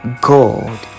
God